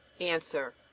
Answer